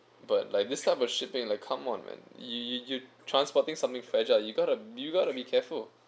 but like this kind of a shipping like come on man you you you transporting something fragile you gotta you gotta be careful